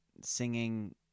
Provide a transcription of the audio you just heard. singing